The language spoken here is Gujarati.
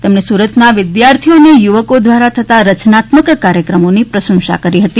તેમણે સુરતના વિદ્યાર્થીઓ અને યુવકો દ્વારા થતાં રચનાત્મક કાર્યક્રમોની પ્રશંસા કરી હતી